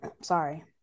sorry